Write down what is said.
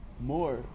More